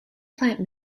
plant